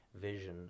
vision